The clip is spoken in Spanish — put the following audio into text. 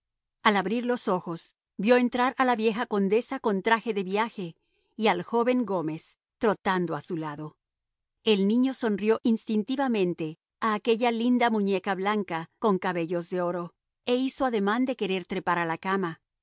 al abrir los ojos vio entrar a la vieja condesa con traje de viaje y al joven gómez trotando a su lado el niño sonrió instintivamente a aquella linda muñeca blanca con cabellos de oro e hizo ademán de querer trepar a la cama